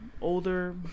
older